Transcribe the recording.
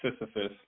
Sisyphus